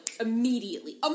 immediately